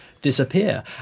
disappear